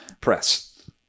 press